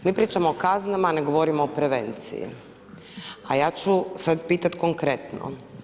Mi pričamo o kaznama, ne govorimo o prevenciji, a ja ću sad pitat konkretno.